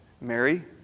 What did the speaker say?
Mary